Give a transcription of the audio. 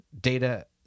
data